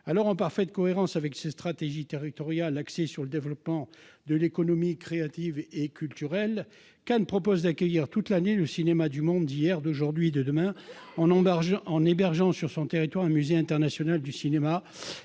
2018. En parfaite cohérence avec cette stratégie territoriale axée sur le développement de l'économie créative et audiovisuelle, Cannes se propose d'accueillir toute l'année le cinéma du monde d'hier, d'aujourd'hui et de demain, en hébergeant sur son territoire un musée international du cinéma